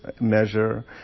measure